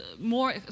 more